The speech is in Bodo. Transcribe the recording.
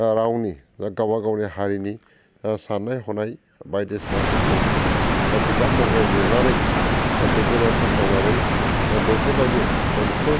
रावनि गावबा गावनि हारिनि साननाय हनाय बायदिसिनाफोरखौ बिजाब महरै लिरनानै बिदिनो फोसावनानै बेफोरबायदि मोनसे